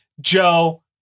Joe